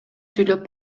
сүйлөп